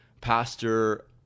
pastor